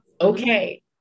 Okay